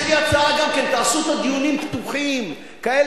יש לי הצעה גם כן: תעשו את הדיונים פתוחים כאלה,